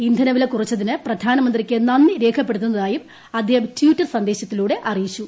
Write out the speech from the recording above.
ഇന്ധനവില കുറച്ചതിന് പ്രധാനമന്ത്രിയ്ക്ക് നന്ദി രേഖപ്പെടുത്തുന്നതായും അദ്ദേഹം ട്വീറ്റർ സന്ദേശത്തിലൂടെ അറിയിച്ചു